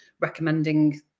recommending